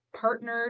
partnered